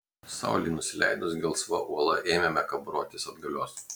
saulei nusileidus gelsva uola ėmėme kabarotis atgalios